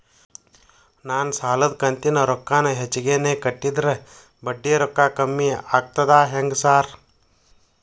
ನಾನ್ ಸಾಲದ ಕಂತಿನ ರೊಕ್ಕಾನ ಹೆಚ್ಚಿಗೆನೇ ಕಟ್ಟಿದ್ರ ಬಡ್ಡಿ ರೊಕ್ಕಾ ಕಮ್ಮಿ ಆಗ್ತದಾ ಹೆಂಗ್ ಸಾರ್?